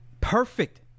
perfect